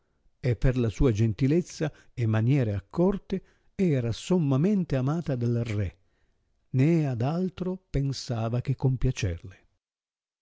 e per la sua gentilezza e maniere accorte era sommamente amata dal re né ad aitro pensava che compiacerle